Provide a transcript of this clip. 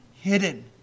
hidden